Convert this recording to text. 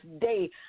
day